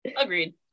Agreed